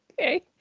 Okay